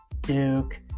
Duke